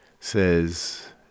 says